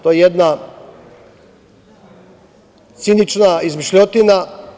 To je jedna cinična izmišljotina.